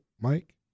Mike